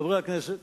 חברי הכנסת,